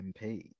MP